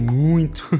muito